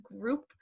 group